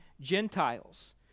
Gentiles